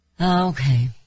Okay